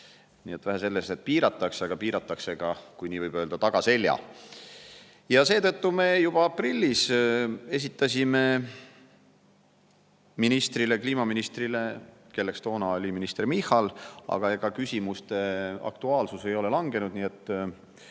Nii et vähe sellest, et piiratakse, piiratakse ka – kui nii võib öelda – tagaselja. Ja seetõttu me esitasime juba aprillis [arupärimise] kliimaministrile, kelleks toona oli minister Michal, aga ega küsimuste aktuaalsus ei ole langenud. Mul on